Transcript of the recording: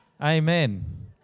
Amen